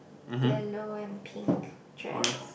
yellow and pink dress